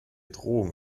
drohung